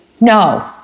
no